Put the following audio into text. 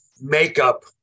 makeup